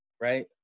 right